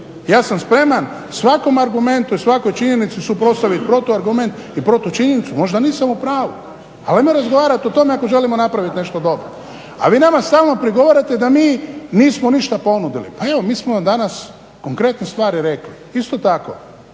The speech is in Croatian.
ja sam spreman svakom argumentu i svakoj činjenici suprotstaviti protuargument i protučinjenicu, možda nisam u pravu, ali ajmo razgovarati o tome ako želimo napraviti nešto dobro. A vi nama stalno prigovarate da mi nismo ništa ponudili, pa evo mi smo vam danas konkretne stvari rekli, isto tako.